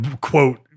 quote